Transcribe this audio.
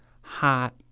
hot